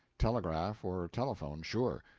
telegraph or telephone, sure.